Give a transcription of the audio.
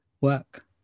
work